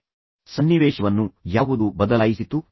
ಈಗ ಸನ್ನಿವೇಶವನ್ನು ಯಾವುದು ಬದಲಾಯಿಸಿತು